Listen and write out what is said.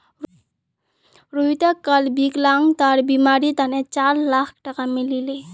रोहितक कल विकलांगतार बीमार तने चार लाख टका मिल ले